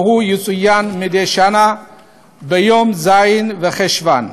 והוא יצוין מדי שנה ביום ז' בחשוון.